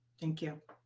thank you.